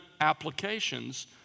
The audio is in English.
applications